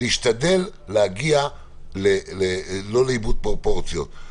להשתדל לא להגיע לאיבוד פרופורציות.